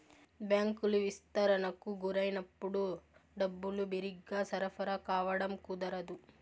బ్యాంకులు విస్తరణకు గురైనప్పుడు డబ్బులు బిరిగ్గా సరఫరా కావడం కుదరదు